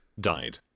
died